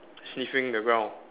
sniffing the ground